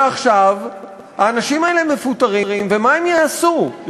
ועכשיו האנשים האלה מפוטרים, ומה הם יעשו?